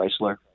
Chrysler